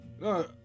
No